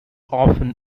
often